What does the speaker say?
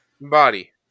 Body